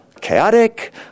chaotic